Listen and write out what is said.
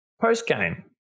Post-game